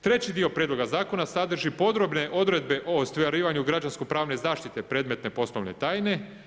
Treći dio prijedloga zakona sadrži podrobne odredbe o ostvarivanju građansko pravne zaštite predmetne poslovne tajne.